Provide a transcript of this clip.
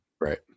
right